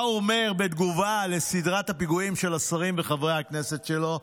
מה הוא אומר בתגובה לסדרת הפיגועים של השרים וחברי הכנסת שלו,